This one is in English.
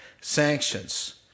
sanctions